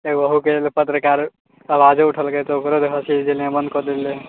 ओहोके लेल पत्रकार आवाजो उठेलकै तऽ ओकरो जे छै अथी देनाइ बन्द कऽ देले